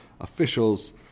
officials